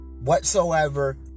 whatsoever